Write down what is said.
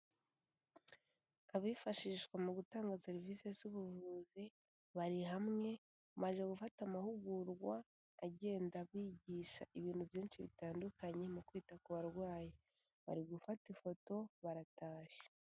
Abifashishwa mu gutanga serivisi z'ubuvuzi, bari hamwe bamaze gufata amahugurwa agenda abigisha ibintu byinshi bitandukanye mu kwita ku barwayi, bari gufata ifoto baratashye.